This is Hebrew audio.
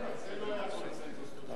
על זה לא היה קונסנזוס בבית-המשפט העליון.